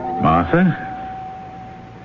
Martha